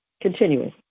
continuing